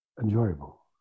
enjoyable